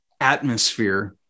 atmosphere